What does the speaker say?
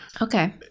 okay